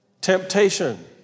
Temptation